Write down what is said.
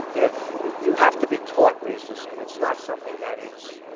if you have to be taught racism, it's not something that is.